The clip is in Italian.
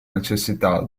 necessità